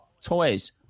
Toys